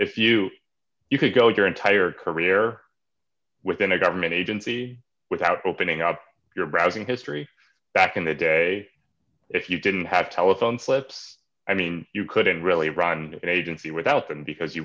if you you could go your entire career within a government agency without opening up your browsing history back in the day if you didn't have telephone slips i mean you couldn't really run an agency without them because you